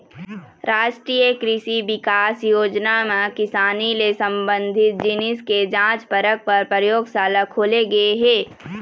रास्टीय कृसि बिकास योजना म किसानी ले संबंधित जिनिस के जांच परख पर परयोगसाला खोले गे हे